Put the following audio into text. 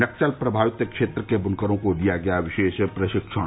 नक्सल प्रभावित क्षेत्र के बुनकरो को दिया गया विशेष प्रशिक्षण